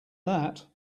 that